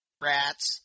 rats